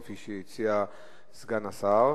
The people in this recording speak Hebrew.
כפי שהציע סגן השר.